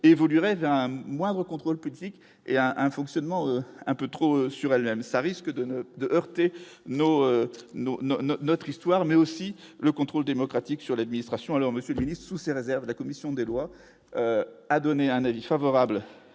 évoluerait vers un moindre contrôle politique et un fonctionnement un peu trop sur même ça risque de ne heurter non non non non, notre histoire, mais aussi le contrôle démocratique sur l'administration, alors Monsieur Dini sous ces réserves, la commission des lois a donné un avis favorable